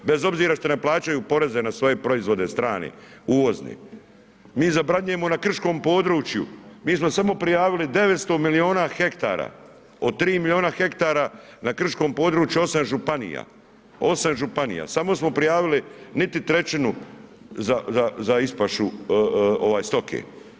Bez obzira što ne plaćaju poreze na svoje proizvode strane, uvozne, mi zabranjujemo na krškom području, mi smo samo prijavili 900 milijuna hektara od 3 milijuna hektara na krškom području 8 županija, samo smo prijavili niti trećinu za ispašu stoke.